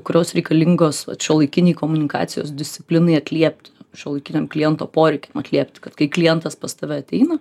kurios reikalingos šiuolaikiniai komunikacijos disciplinai atliepti šiuolaikinio kliento poreikiam atliepti kad kai klientas pas tave ateina